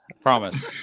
promise